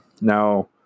Now